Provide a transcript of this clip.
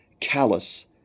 callous